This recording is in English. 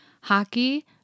hockey